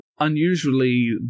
unusually